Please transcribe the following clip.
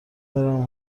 برم